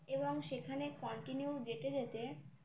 এবং সেখানে কন্টিনিউ যেতে যেতে